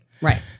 Right